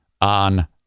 on